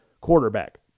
quarterback